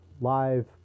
live